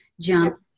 jump